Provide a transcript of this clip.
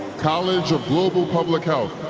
college of global public health